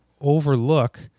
overlook